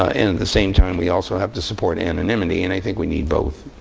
ah and and the same time, we also have to support anonymity. and i think we need both.